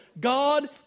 God